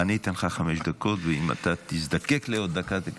אני אתן לך חמש דקות, ואם תזדקק לעוד דקה, תקבל.